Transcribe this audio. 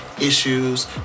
issues